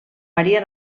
maria